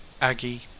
Aggie